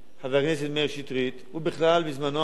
הוא בכלל בזמנו אמר שהוא נגד חוק השבות בכלל,